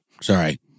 Sorry